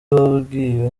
wabwiwe